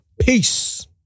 Peace